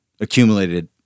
accumulated